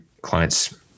clients